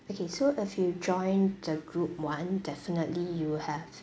okay so if you join the group [one] definitely you'll have